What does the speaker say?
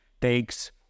takes